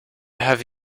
have